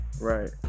Right